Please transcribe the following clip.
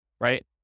Right